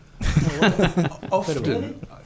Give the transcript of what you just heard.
Often